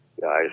guys